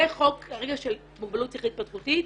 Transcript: זה חוק כרגע של מוגבלות שכלית התפתחותית.